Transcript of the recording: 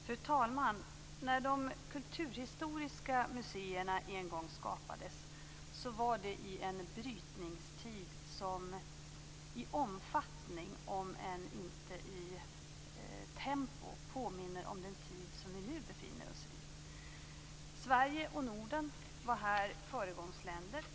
Fru talman! När de kulturhistoriska museerna en gång skapades skedde det i en brytningstid som i omfattning, om än inte i tempo, påminner om den tid som vi nu befinner oss i. Sverige och Norden var här föregångsländer.